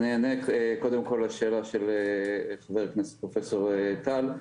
אני אענה קודם כל לשאלה של חבר הכנסת, פרופ' טל.